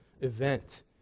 event